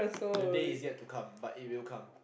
the day is yet to come but it will come